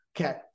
okay